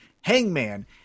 Hangman